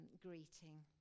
greeting